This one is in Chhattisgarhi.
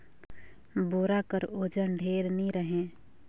बोरा कर ओजन ढेर नी रहें